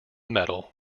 medal